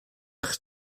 eich